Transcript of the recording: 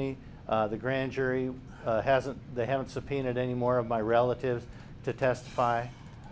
me the grand jury hasn't they haven't subpoenaed any more of my relatives to testify